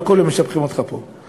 לא כל יום משבחים אותך פה.